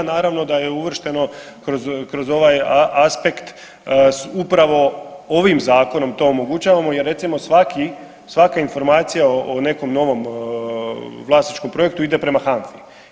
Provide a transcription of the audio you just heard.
Naravno da je uvršteno kroz ovaj aspekt, upravo ovim zakonom to omogućavamo jer recimo svaki, svaka informacija o nekom novom vlasničkom projektu ide prema HANFI.